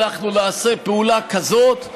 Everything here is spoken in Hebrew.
אנחנו נעשה פעולה כזאת,